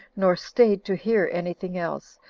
nor staid to hear any thing else,